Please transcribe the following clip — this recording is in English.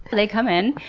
they come in,